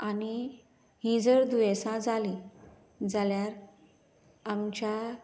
आनी ही जर दुयेंसा जाली जाल्यार आमच्या